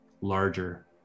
larger